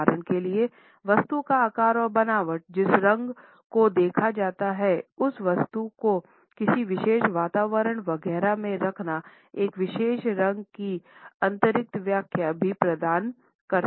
उदाहरण के लिए वस्तु का आकार और बनावट जिस रंग को देखा जाता है इस वस्तु को किसी विशेष वातावरण वगैरह में रखना एक विशेष रंग की अतिरिक्त व्याख्या भी प्रदान करते हैं